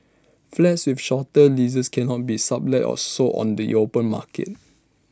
flats with shorter leases cannot be sublet or sold on the open market